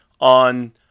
on